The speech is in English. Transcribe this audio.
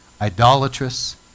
idolatrous